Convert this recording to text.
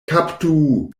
kaptu